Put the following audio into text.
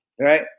right